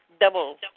double